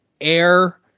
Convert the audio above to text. air